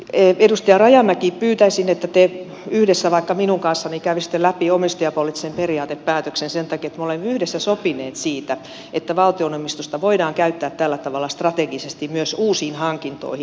edustaja rajamäki pyytäisin että te yhdessä vaikka minun kanssani kävisitte läpi omistajapoliittisen periaatepäätöksen sen takia että me olemme yhdessä sopineet siitä että valtionomistusta voidaan käyttää tällä tavalla strategisesti myös uusiin hankintoihin